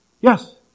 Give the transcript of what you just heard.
Yes